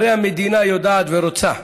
הרי המדינה יודעת ורוצה,